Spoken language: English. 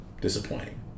disappointing